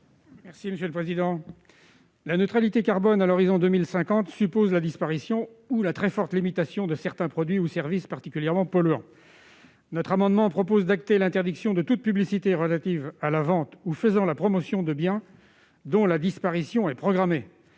M. Joël Bigot. La neutralité carbone à l'horizon de 2050 suppose la disparition ou la très forte limitation de certains produits ou services particulièrement polluants. Le présent amendement vise à acter l'interdiction de toute publicité relative à la vente ou faisant la promotion de biens dont la disparition est programmée.